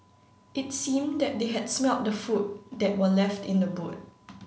it seemed that they had smelt the food that were left in the boot